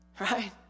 right